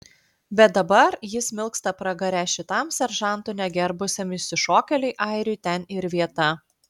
bet dabar jis smilksta pragare šitam seržantų negerbusiam išsišokėliui airiui ten ir vieta